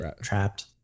trapped